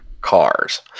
cars